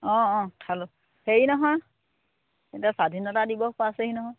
অঁ অঁ খালোঁ হেৰি নহয় এতিয়া স্বাধীনতা দিৱস পাইছেহি নহয়